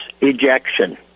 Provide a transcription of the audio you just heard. ejection